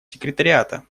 секретариата